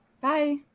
Bye